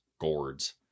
gourds